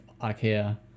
IKEA